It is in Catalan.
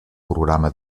programa